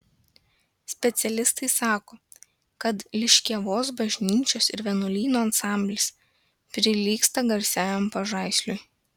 specialistai sako kad liškiavos bažnyčios ir vienuolyno ansamblis prilygsta garsiajam pažaisliui